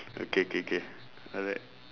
okay K K alright